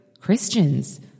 Christians